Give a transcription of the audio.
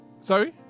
Sorry